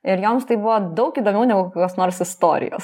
ir joms tai buvo daug įdomiau negu kokios nors istorijos